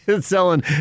selling